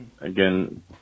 again